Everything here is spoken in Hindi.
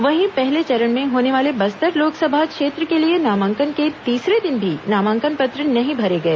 वहीं पहले चरण में होने वाले बस्तर लोकसभा क्षेत्र के लिए नामांकन के तीसरे दिन भी नामांकन पत्र नहीं भरे गए